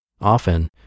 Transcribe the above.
often